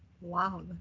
Wow